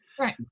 Right